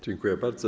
Dziękuję bardzo.